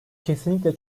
kesinlikle